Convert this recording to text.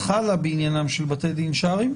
חלה בעניינם של בתי דין שרעיים?